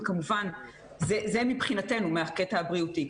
זה מבחינתנו מהקטע הבריאותי.